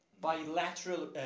Bilateral